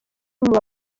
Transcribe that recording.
muba